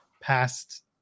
past